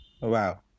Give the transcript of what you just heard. Wow